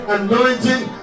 anointing